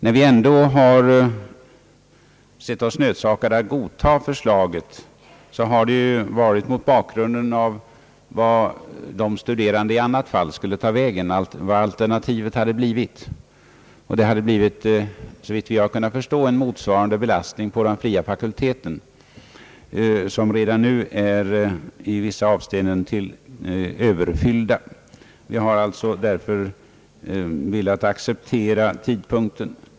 När vi ändå sett oss nödsakade godta förslaget har det varit mot bakgrunden av vart de studerande i annat fall skulle ta vägen, vad alternativet hade blivit. Såvitt vi har kunnat förstå hade det blivit en motsvarande belastning på de fria fakul teterna, som redan nu är i vissa avseenden överfyllda. Vi har därför velat acceptera tidpunkten.